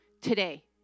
Today